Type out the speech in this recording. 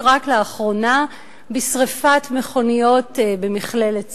רק לאחרונה בשרפת מכוניות במכללת צפת,